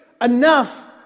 enough